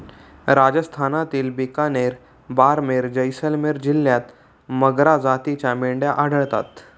राजस्थानातील बिकानेर, बारमेर, जैसलमेर जिल्ह्यांत मगरा जातीच्या मेंढ्या आढळतात